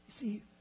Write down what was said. see